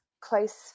close